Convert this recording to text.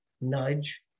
nudge